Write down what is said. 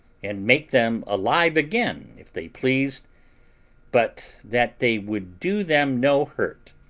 and make them alive again, if they pleased but that they would do them no hurt,